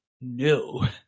No